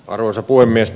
arvoisa puhemies